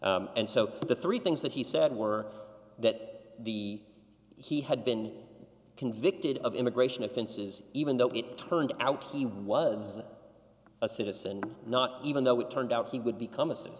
five and so the three things that he said were that the he had been convicted of immigration offenses even though it turned out he was a citizen not even though it turned out he would becom